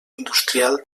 industrial